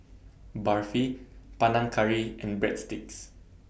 Barfi Panang Curry and Breadsticks